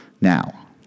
now